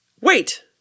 Wait